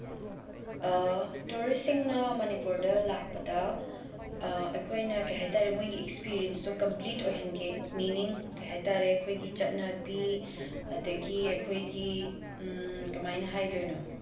ꯇꯨꯔꯤꯁꯁꯤꯡꯅ ꯃꯅꯤꯄꯨꯔꯗ ꯂꯥꯛꯄꯗ ꯑꯩꯈꯣꯏꯅ ꯀꯩ ꯍꯥꯏ ꯇꯥꯔꯦ ꯃꯣꯏꯒꯤ ꯑꯦꯛꯁꯄꯤꯔꯤꯌꯦꯟꯁꯇꯣ ꯀꯝꯄ꯭ꯂꯤꯠ ꯑꯣꯏꯍꯟꯒꯦ ꯃꯤꯅꯤꯡ ꯀꯔꯤ ꯍꯥꯏ ꯇꯥꯔꯦ ꯑꯩꯈꯣꯏꯒꯤ ꯆꯠꯅꯕꯤ ꯑꯗꯒꯤ ꯑꯩꯈꯣꯏꯒꯤ ꯀꯃꯥꯏꯅ ꯍꯥꯏꯗꯣꯏꯅꯣ